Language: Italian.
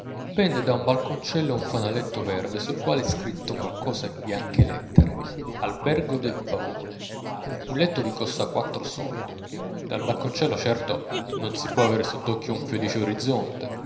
pende da un balconcello un fanaletto verde sul quale è scritto qualcosa in bianche lettere albergo del pavone un letto vi costa quattro soldi dal balconcello certo non si può aver sott'occhio un felice orizzonte